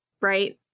right